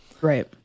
Right